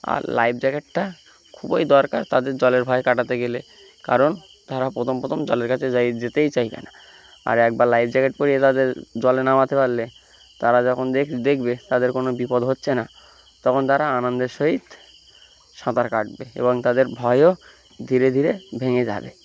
আর life জ্যাকেটটা খুবই দরকার তাদের জলের ভয় কাটাতে গেলে কারণ তারা প্রথম প্রথম জলের কাছে যাই যেতেই চাই না আর একবার লাইফ জ্যাকেট পরিয়ে তাদের জলে নামাতে পারলে তারা যখন দেখ দেখবে তাদের কোনো বিপদ হচ্ছে না তখন তারা আনন্দের সহিত সাঁতার কাটবে এবং তাদের ভয়ও ধীরে ধীরে ভেঙে যাবে